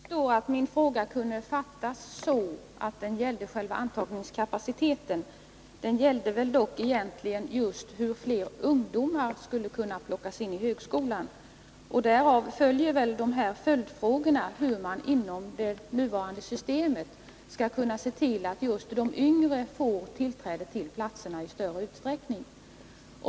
Herr talman! Jag förstår att min fråga kunde uppfattas som om den gällde själva antagningskapaciteten. Den gällde dock egentligen hur fler ungdomar skulle kunna beredas tillträde till högskolan. Därav kommer följdfrågorna om hur man inom det nuvarande systemet skall kunna se till att just de yngre får tillträde till platserna i större utsträckning.